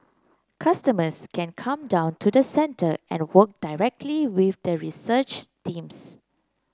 customers can come down to the centre and work directly with the research teams